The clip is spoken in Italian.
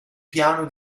piano